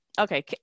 okay